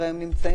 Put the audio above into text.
צריך שיהיה